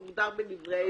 הוגדר בדברי ההסבר.